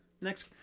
next